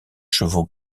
chevaux